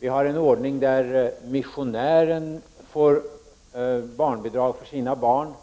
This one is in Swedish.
Vi har en ordning där missionären får barnbidrag för sina barn